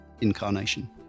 incarnation